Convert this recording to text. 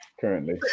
currently